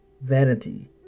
vanity